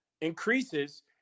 increases